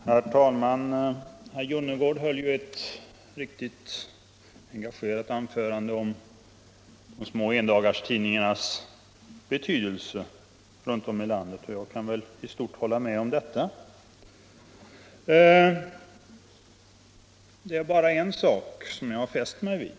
Herr talman! Herr Jonnergård höll ett riktigt engagerat anförande om de små endagstidningarnas betydelse runt om i landet. Jag kan i stort hålla med honom. En sak har jag fäst mig vid.